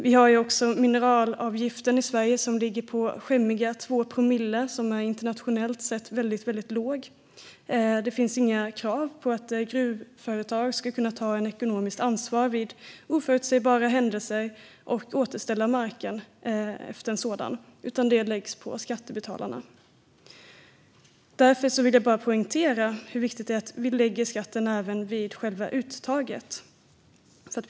Vi har också mineralavgiften i Sverige som ligger på skämmiga 2 promille. Den är internationellt sett väldigt låg. Det finns inga krav på att gruvföretag ska kunna ta ekonomiskt ansvar vid oförutsebara händelser och återställa marken efter sådana, utan det läggs på skattebetalarna. Jag vill därför poängtera hur viktigt det är att vi lägger skatten även vid själva uttaget.